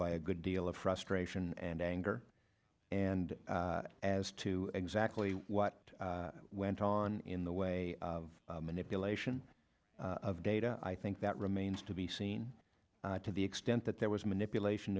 by a good deal of frustration and anger and as to exactly what went on in the way of manipulation of data i think that remains to be seen to the extent that there was manipulation